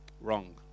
Wrong